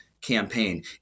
campaign